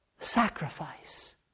sacrifice